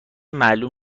معلوم